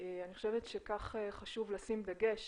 אני חושבת שכך חשוב לשים דגש